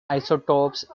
isotopes